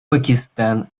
пакистан